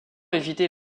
éviter